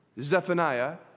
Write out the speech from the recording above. Zephaniah